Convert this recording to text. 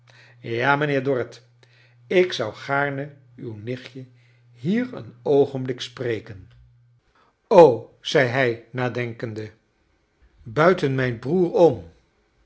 ja mijnheer dorrit ik zou gaarne uw nichtje hier een oogenblik spreken oi zei hij nadenkcnde lkiitcn charles dickens mijn broer om